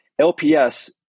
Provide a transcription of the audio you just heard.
LPS